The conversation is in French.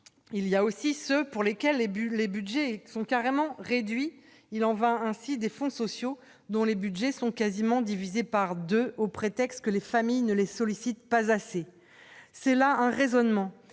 il y a aussi ceux pour lesquels les bulles, les Budgets sont carrément réduits, il en va ainsi des fonds sociaux dont les Budgets sont quasiment divisé par 2 au prétexte que les familles ne les sollicite pas assez, c'est là un raisonnement